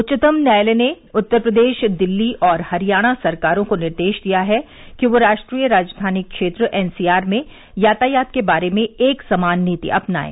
उच्चतम न्यायालय ने उत्तर प्रदेश दिल्ली और हरियाणा सरकारों को निर्देश दिया है कि वे राष्ट्रीय राजधानी क्षेत्र एनसीआर में यातायात के बारे में एक समान नीति अपनाएं